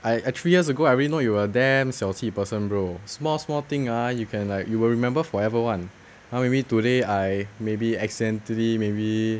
I I three years ago I already know you damn 小气 person bro small small thing ah you can like you will remember forever [one] !huh! maybe today I maybe accidentally maybe